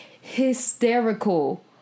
hysterical